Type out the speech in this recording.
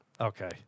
Okay